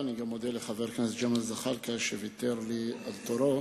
אני גם מודה לחבר הכנסת ג'מאל זחאלקה שוויתר לי על תורו.